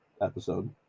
episode